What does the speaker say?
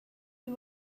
you